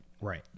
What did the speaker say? Right